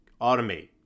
automate